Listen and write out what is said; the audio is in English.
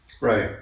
Right